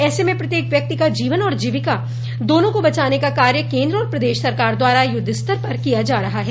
ऐसे में प्रत्येक व्यक्ति का जीवन और जीवकिा दोनों को बचाने का कार्य केंद्र और प्रदेश सरकार द्वारा युद्धस्तर पर किया जा रहा है